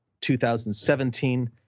2017